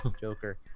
Joker